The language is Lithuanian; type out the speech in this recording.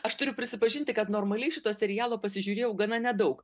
aš turiu prisipažinti kad normaliai šito serialo pasižiūrėjau gana nedaug